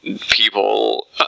people